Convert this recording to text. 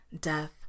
death